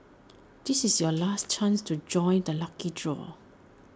this is your last chance to join the lucky draw